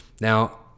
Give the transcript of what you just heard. now